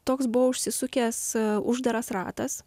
toks buvo užsisukęs uždaras ratas